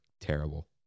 terrible